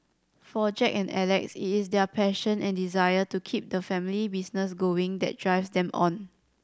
for Jack and Alex it is their passion and desire to keep the family business going that drives them on